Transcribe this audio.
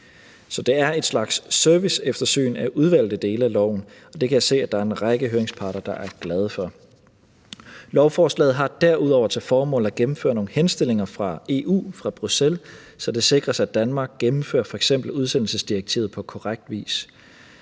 det er en slags serviceeftersyn af udvalgte dele af loven. Det kan jeg se at der er en række høringsparter der er glade for. Lovforslaget har derudover til formål at gennemføre nogle henstillinger fra EU, fra Bruxelles, så det sikres, at Danmark gennemfører f.eks. udsendelsesdirektivet på korrekt vis.